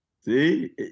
See